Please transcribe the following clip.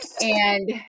And-